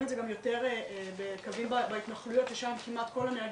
את זה גם יותר בקווים בהתנחלויות ששם כמעט כל הנהגים,